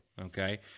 okay